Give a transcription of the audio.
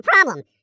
problem